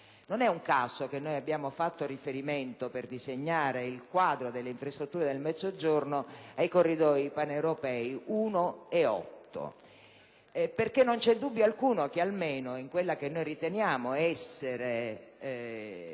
Non è un caso che abbiamo fatto riferimento, per disegnare il quadro delle infrastrutture del Mezzogiorno, ai Corridoi paneuropei 1 e 8. Non c'è dubbio alcuno che, almeno in quella che riteniamo essere